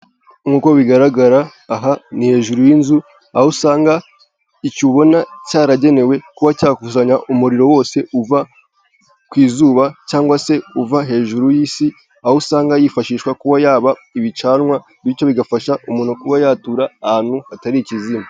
Nk'uko bigaragara aha ni hejuru y'inzu aho usanga iki ubona cyaragenewe kuba cyakusanya umuriro wose uva ku izuba cyangwa se uva hejuru y'isi, aho usanga yifashishwa kuba yaba ibicanwa bityo bigafasha umuntu kuba yatura ahantu hatari ikizima.